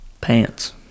Pants